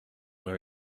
her